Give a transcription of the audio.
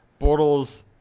Bortles